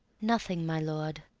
nothing, my lord.